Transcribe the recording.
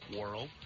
world